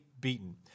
beaten